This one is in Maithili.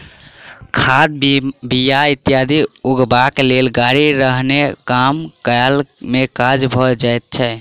खाद, बीया इत्यादि उघबाक लेल गाड़ी रहने कम काल मे काज भ जाइत छै